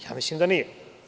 Ja mislim da nije.